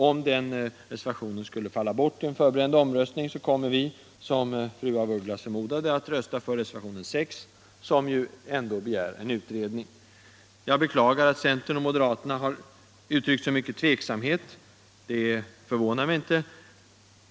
Om denna reservation skulle falla i den förberedande omröstningen kommer vi, som fru af Ugglas förmodade, att rösta för reservationen 6, som ändå begär en utredning. Jag beklagar att centern och moderaterna uttryckt så mycken tveksamhet, men det förvånar mig inte.